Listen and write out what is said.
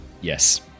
yes